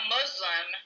Muslim